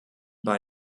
bei